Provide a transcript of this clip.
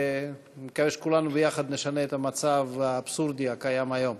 ואני מקווה שכולנו ביחד נשנה את המצב האבסורדי הקיים היום.